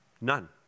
None